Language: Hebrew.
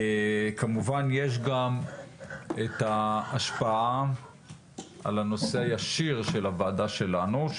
כמובן יש גם ההשפעה על הנושא הישיר של הוועדה שלנו,